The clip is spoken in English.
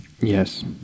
Yes